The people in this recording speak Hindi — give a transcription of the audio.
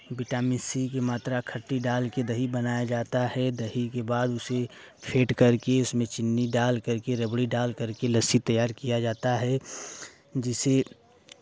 विटामिन सी की मात्रा खट्टी डाल के दही बनाया जाता है दही के बाद उसे फेंट करके उसमें चीनी डाल करके रबड़ी डाल करके लस्सी तैयार किया जाता है जिसे